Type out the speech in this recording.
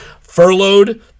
furloughed